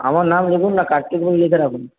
আমার নাম লিখুন না কার্তিক বলে লিখে রাখুন